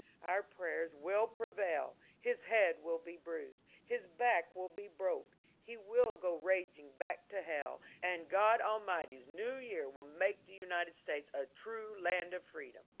our prayers will prevail. his head will be bruised. his back will be broke. he will go raging back to hell, and god almighty's new year will make the united states a true land of freedom.